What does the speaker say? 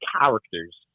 characters